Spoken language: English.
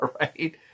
right